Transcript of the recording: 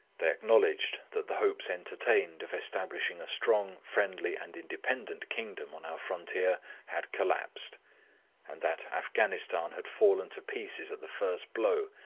they acknowledged that the hopes entertained of establishing a strong, friendly, and independent kingdom on our frontier had collapsed and that afghanistan had fallen to pieces at the first blow,